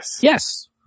Yes